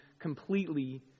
completely